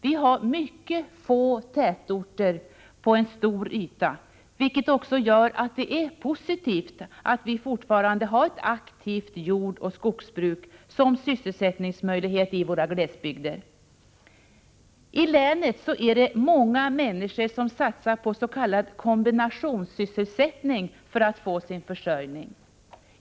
Vi har mycket få tätorter på en stor yta, vilket också gör att det är positivt att vi fortfarande har ett aktivt jordoch skogsbruk som sysselsättningsmöjlighet i våra glesbygder. I länet är det många människor som satsar på s.k. kombinationssysselsättning för att få sin försörjning.